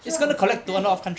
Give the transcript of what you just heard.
这蛮方便 ah